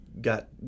got